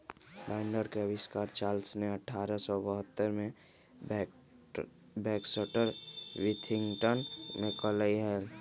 binder के आविष्कार Charles ने अठारह सौ बहत्तर में बैक्सटर विथिंगटन में कइले हल